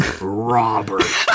Robert